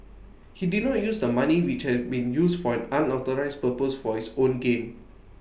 he did not use the money which had been used for an unauthorised purpose for his own gain